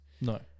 No